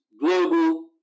global